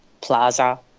plaza